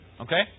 Okay